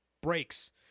breaks